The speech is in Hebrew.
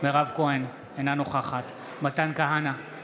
מירב כהן, אינה נוכחת מתן כהנא,